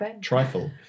Trifle